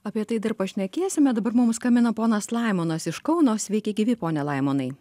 apie tai dar pašnekėsime dabar mums skambina ponas laimonas iš kauno sveiki gyvi pone laimonai